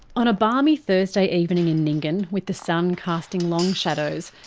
on a balmy thursday evening in nyngan with the sun casting long shadows,